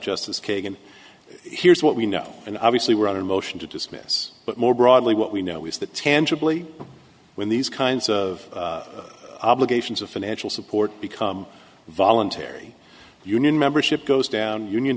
justice kagan here's what we know and obviously we're on a motion to dismiss but more broadly what we know is that tangibly when these kinds of obligations of financial support become voluntary union membership goes down union